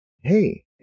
hey